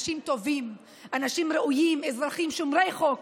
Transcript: אנשים טובים, אנשים ראויים, אזרחים שומרים חוק,